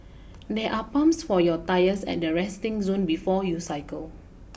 there are pumps for your tyres at the resting zone before you cycle